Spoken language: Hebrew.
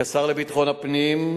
כשר לביטחון הפנים,